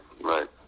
right